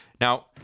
Now